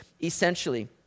essentially